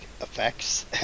effects